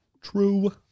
true